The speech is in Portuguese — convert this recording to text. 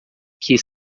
que